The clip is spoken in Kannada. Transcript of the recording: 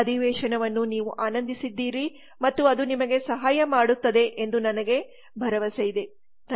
ಈ ಅಧಿವೇಶನವನ್ನು ನೀವು ಆನಂದಿಸಿದ್ದೀರಿ ಮತ್ತು ಅದು ನಿಮಗೆ ಸಹಾಯ ಮಾಡುತ್ತದೆ ಎಂದು ನನಗೆ ಭರವಸೆ ಇದೆ